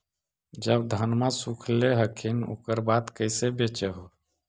जब धनमा सुख ले हखिन उकर बाद कैसे बेच हो?